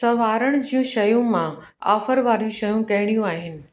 सवारण जूं शयूं मां आफर वारियूं शयूं कहिड़ियूं आहिनि